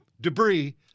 debris